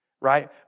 Right